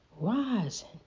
rising